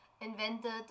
invented